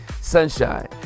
sunshine